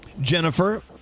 Jennifer